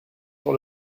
sur